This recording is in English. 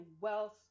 wealth